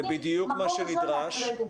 זה בדיוק מה שנדרש.